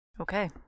Okay